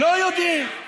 לא יודעים.